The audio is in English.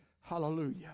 Hallelujah